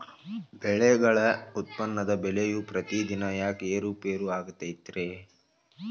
ಬೆಳೆಗಳ ಉತ್ಪನ್ನದ ಬೆಲೆಯು ಪ್ರತಿದಿನ ಯಾಕ ಏರು ಪೇರು ಆಗುತ್ತೈತರೇ?